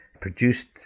produced